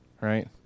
right